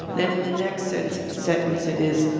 then in the next sentence sentence it is,